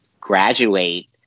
graduate